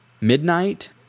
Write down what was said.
midnight